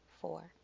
four